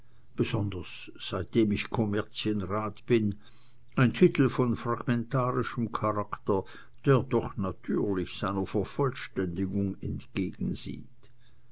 besonders seitdem ich kommerzienrat bin ein titel von fragmentarischem charakter der doch natürlich seiner vervollständigung entgegensieht